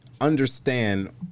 understand